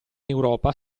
europa